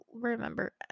remember